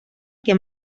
que